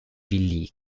league